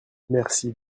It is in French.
merci